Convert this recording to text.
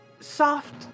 soft